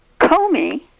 Comey